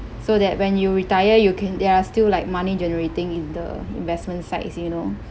so that when you retire you can there are still like money generating in the investment sides you know